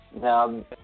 Now